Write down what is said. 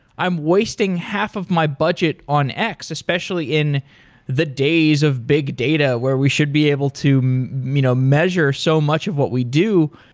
i'm wasting half of my budget on x, especially in the days of big data where we should be able to you know measure so much of what we do.